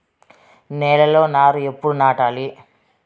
నేలలో నారు ఎప్పుడు నాటాలి?